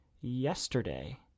yesterday